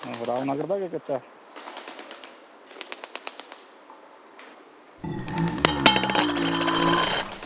रामनगर दा केह् करचै